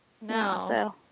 No